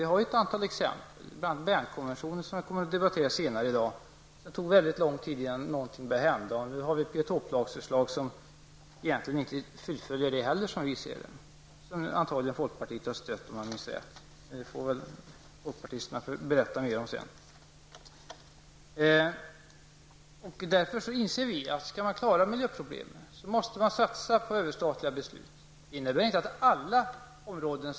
Vi har ett antal exempel, bl.a. Bernkonventionen, som kommer att debatteras senare i dag. Efter det att vi hade antagit den tog det mycket lång tid innan något började hända. Nu har vi ett förslag till biotoplag, som egentligen -- som vi ser det -- inte heller är tillräckligt. Om jag minns rätt stödjer folkpartiet detta förslag. Det får väl folkpartisterna berätta mer om sedan. Vi inser därför att det är nödvändigt att satsa på överstatliga beslut om man skall klara av miljöproblemen. Det innebär emellertid inte att överstatliga beslut skall fattas på alla områden.